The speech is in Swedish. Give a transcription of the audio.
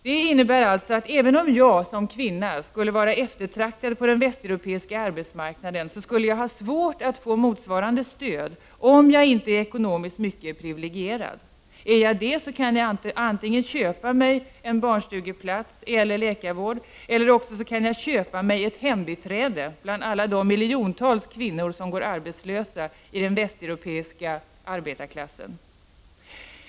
Det innebär alltså att även om jag som kvinna skulle vara eftertraktad på den västeuropeiska arbetsmarknaden, skulle jag ha svårt att få motsvarande stöd om jag inte är ekonomiskt mycket privilegierad. Är jag det kan jag antingen köpa mig en barnstugeplats eller läkarvård, eller också kan jag köpa mig ett hembiträde bland alla de miljontals kvinnor som går arbetslösa i den västeuropeiska arbetarklassen.